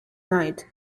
night